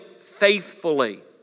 faithfully